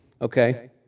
Okay